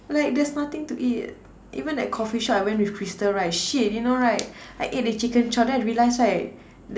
like there's nothing to eat even that coffee shop I went with crystal right shit you know right I ate the chicken chop then I realised right